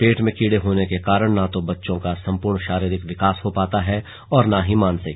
पेट में कीड़े होने के कारण ना तो बच्चे का संपूर्ण शारीरिक विकास हो पाता है और ना ही मानसिक